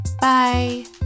Bye